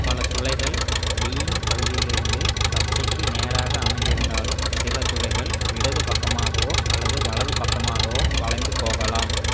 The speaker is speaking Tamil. பல துளைகள் டீயிங் பகுதியிலிருந்து பச்சைக்கு நேராக அமைந்திருந்தாலும் சில துளைகள் இடது பக்கமாகவோ அல்லது வலது பக்கமாகவோ வளைந்து போகலாம்